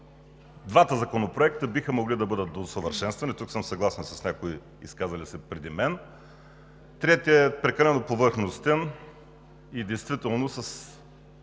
Двата законопроекта биха могли да бъдат доусъвършенствани – тук съм съгласен с някои изказали се преди мен. Третият е прекалено повърхностен и действително с